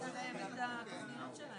אני אומר מה התנאים האלה.